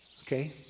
Okay